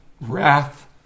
wrath